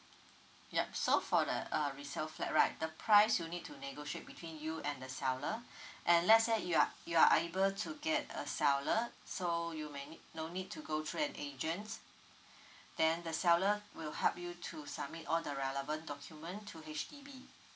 yup so for the uh resale flat right the price you need to negotiate between you and the seller and let's say you are you are able to get a seller so you might need no need to go through an agents then the seller will help you to submit all the relevant document to H_D_B